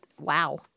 wow